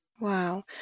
Wow